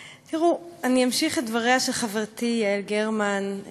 אני אמשיך את דבריה של חברתי יעל גרמן.